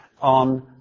on